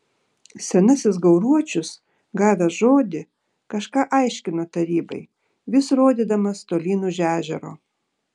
senasis gauruočius gavęs žodį kažką aiškino tarybai vis rodydamas tolyn už ežero